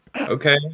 Okay